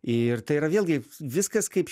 ir tai yra vėlgi viskas kaip